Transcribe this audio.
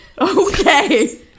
Okay